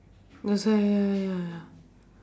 that's why ya ya ya ya